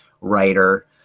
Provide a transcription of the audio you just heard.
writer